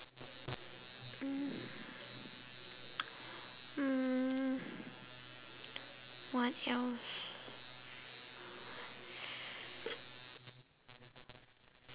mm mm what else